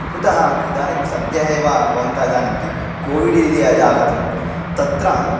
कुतः इदानीं सद्यः एव भवन्तः जानन्ति कोविड् इदि यत् आगतं तत्र